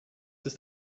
ist